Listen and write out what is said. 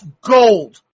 Gold